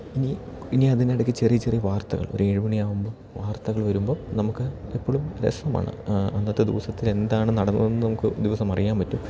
ഇനി ഇനി അതിനിടക്ക് ചെറിയ ചെറിയ വാർത്തകൾ ഒരു ഏഴ് മണിയാകുമ്പോൾ വാർത്തകൾ വരുമ്പോൾ നമുക്ക് എപ്പോഴും രസമാണ് അന്നത്തെ ദിവസത്തിൽ എന്താണ് നടന്നതെന്ന് നമുക്ക് ദിവസം അറിയാൻ പറ്റും